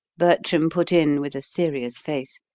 bertram put in with a serious face,